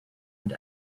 and